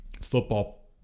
Football